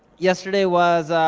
yesterday was,